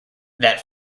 that